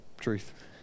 truth